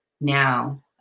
now